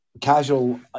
casual